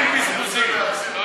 אין בזבוזים.